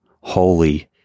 holy